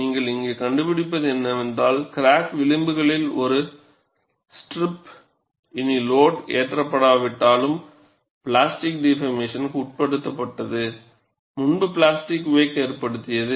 நீங்கள் இங்கே கண்டுபிடிப்பது என்னவென்றால் கிராக் விளிம்புகளில் உள்ள ஒரு ஸ்டிரிப் இனி லோட் ஏற்றபடாவிட்டாலும் பிளாஸ்டிக் டிபார்மேசனுக்கு உட்பட்டது முன்பு பிளாஸ்டிக் வேக் ஏற்படுத்தியது